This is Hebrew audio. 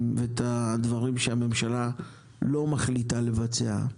ואת הדברים שהממשלה לא מחליטה לבצע,